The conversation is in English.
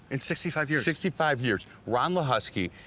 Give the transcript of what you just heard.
in sixty five years? sixty five years. ron lahusky,